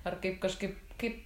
ar kaip kažkaip kaip